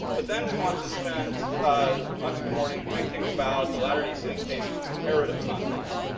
but then, we want to spend much of the morning thinking about the latter-day saint case in comparative context.